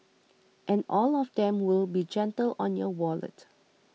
and all of them will be gentle on your wallet